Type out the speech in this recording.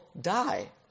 die